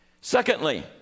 Secondly